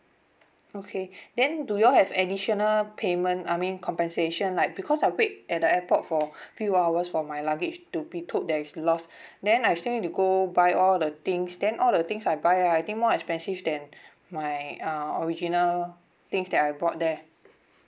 okay then do you all have additional payment I mean compensation like because I wait at the airport for few hours for my luggage to be told that it's lost then I still need to go buy all the things then all the things I buy I think more expensive than my uh original things that I brought there